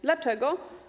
Dlaczego?